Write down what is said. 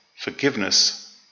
forgiveness